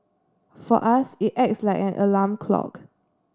for us it acts like an alarm clock